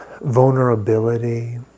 vulnerability